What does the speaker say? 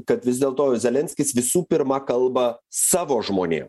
kad vis dėl to zelenskis visų pirma kalba savo žmonėm